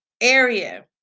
area